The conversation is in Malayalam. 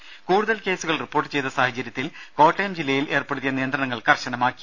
രുക കൂടുതൽ കേസുകൾ റിപ്പോർട്ട് ചെയ്ത സാഹചര്യത്തിൽ കോട്ടയം ജില്ലയിൽ ഏർപ്പെടുത്തിയ നിയന്ത്രണങ്ങൾ കർശനമാക്കി